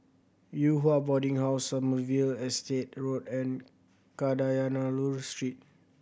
Yew Hua Boarding House Sommerville Estate Road and Kadayanallur Street